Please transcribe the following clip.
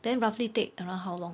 then roughly take around how long